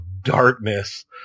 darkness